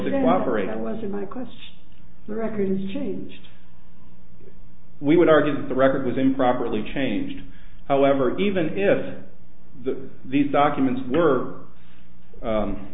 immigrants the records changed we would argue that the record was improperly changed however even if the these documents were